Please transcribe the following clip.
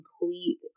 complete